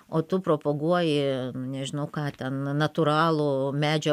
o tu propaguoji nežinau ką ten natūralų medžio